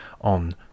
on